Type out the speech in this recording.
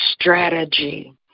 strategy